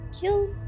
killed